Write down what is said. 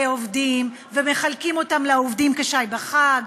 העובדים ומחלקים אותם לעובדים כשי לחג,